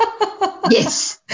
yes